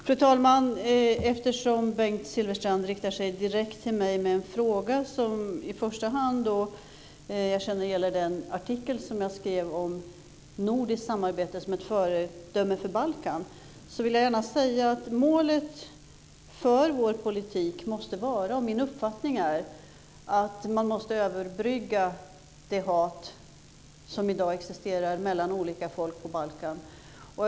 Fru talman! Eftersom Bengt Silfverstrand riktar sig direkt till mig med en fråga som i första hand gäller den artikel jag hade skrivit om ett nordiskt samarbete som en förebild för Balkan, vill jag gärna säga att målet för vår politik måste vara att överbrygga det hat som i dag existerar mellan olika folk på Balkan.